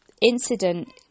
incident